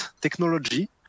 technology